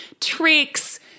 tricks